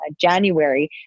January